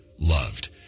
loved